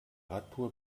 radtour